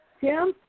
Tim